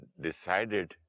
decided